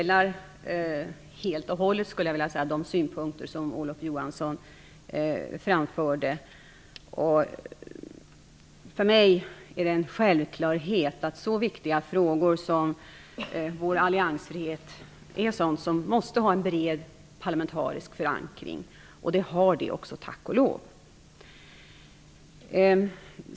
Fru talman! Jag delar helt och hållet de synpunkter som Olof Johansson framförde. För mig är det en självklarhet att så viktiga frågor som vår alliansfrihet måste ha en bred parlamentarisk förankring. Det har de också, tack och lov.